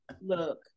look